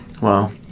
Wow